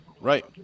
Right